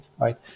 right